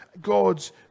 God's